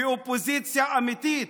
ואופוזיציה אמיתית,